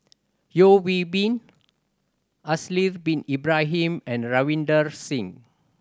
Yeo Hwee Bin Haslir Bin Ibrahim and Ravinder Singh